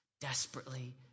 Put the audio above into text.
desperately